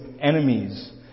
enemies